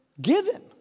given